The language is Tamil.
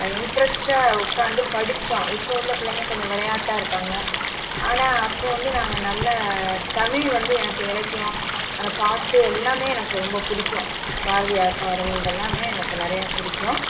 இன்ட்ரெஸ்ட்டாக உட்காந்து படித்தோம் இப்போ உள்ள பிள்ளைங்கள் கொஞ்சம் விளையாட்டா இருக்காங்க ஆனால் அப்போது வந்து நாங்கள் நல்லா தமிழ் வந்து எனக்கு இலக்கியம் அந்த பாட்டு எல்லாமே எனக்கு ரொம்ப பிடிக்கும் பாரதியார் பாடல் இதெல்லாமே எனக்கு நிறையா பிடிக்கும்